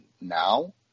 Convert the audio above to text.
now